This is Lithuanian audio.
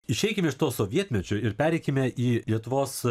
išeikim iš to sovietmečio ir pereikime į lietuvos